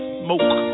smoke